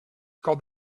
called